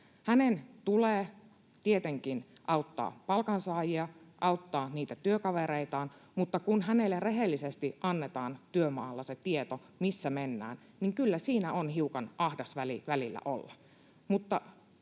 Hänen tulee tietenkin auttaa palkansaajia, auttaa niitä työkavereitaan, mutta kun hänelle rehellisesti annetaan työmaalla se tieto, missä mennään, niin kyllä siinä on hiukan ahdas väli välillä olla.